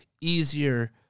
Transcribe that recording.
easier